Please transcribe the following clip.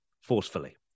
forcefully